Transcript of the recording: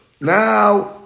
Now